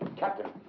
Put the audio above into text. captain?